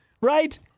Right